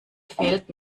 fehlt